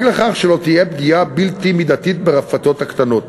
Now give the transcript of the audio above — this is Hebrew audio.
לכך שלא תהיה פגיעה בלתי מידתית ברפתות הקטנות.